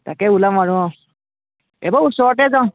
তাকে ওলাম আৰু অঁ এইবাৰ ওচৰতে যাওঁ